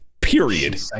Period